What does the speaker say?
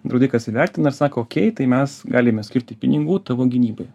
draudikas įvertina ir sako okei tai mes galime skirti pinigų tavo gynybai